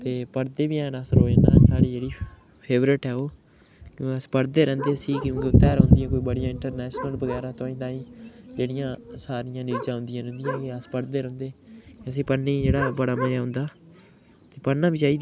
ते पढ़दे बी हैन अस रोज़ ना साढ़ी जेह्ड़ी फेवरेट ऐ ओह् अस पढ़दे रैह्ंदे सी क्योंकि ओह्दे 'र बड़ियां इंटरनेशनल बगैरा तोहीं ताहीं जेह्ड़ियां सारियां न्यूज़ां औंदियां ते अस पढ़दे रौह्ंदे ते असें पढ़ने ई जेह्ड़ा बड़ा मजा औंदा ते पढ़नियां बी चाही दियां न